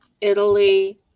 Italy